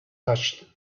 touched